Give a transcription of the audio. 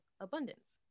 abundance